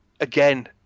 again